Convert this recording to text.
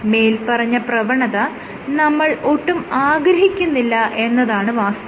മേല്പറഞ്ഞ പ്രവണത നമ്മൾ ഒട്ടും ആഗ്രഹിക്കുന്നില്ല എന്നതാണ് വാസ്തവം